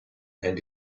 and